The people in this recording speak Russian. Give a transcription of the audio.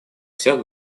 всех